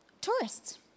tourists